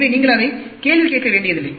எனவே நீங்கள் அதை கேள்வி கேட்க வேண்டியதில்லை